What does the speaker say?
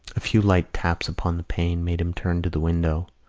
a few light taps upon the pane made him turn to the window.